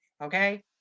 okay